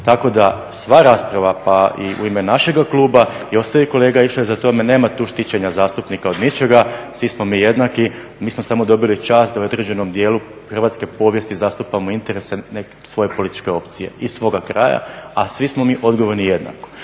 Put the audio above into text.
Tako da sva rasprava pa i u ime našega kluba i ostalih kolega išla je za tome nema tu štićenja zastupnika od ničega. Svi smo mi jednaki. Mi smo samo dobili čast da u određenom dijelu hrvatske povijesti zastupamo interese svoje političke opcije i svoga kraja, a svi smo mi odgovorni jednako.